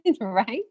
Right